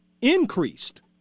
increased